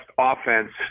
offense